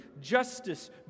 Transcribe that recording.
justice